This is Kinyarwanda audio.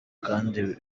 kandi